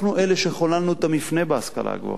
אנחנו אלה שחוללו את המפנה בהשכלה הגבוהה.